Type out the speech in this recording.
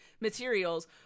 materials